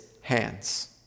hands